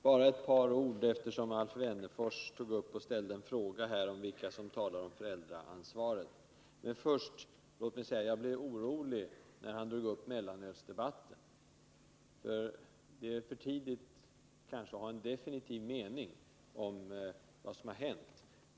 Herr talman" Eftersom Alf Wennerfors ställde en fråga om vilka som talar om föräldraansvaret vill jag säga ett par ord. Men låt mig förs! a att jag blev orolig när han drog upp mellanölsdebatten. Det är ännu för tidigt att ha en definitiv mening om vad som har hänt.